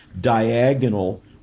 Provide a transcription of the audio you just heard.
diagonal